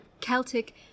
Celtic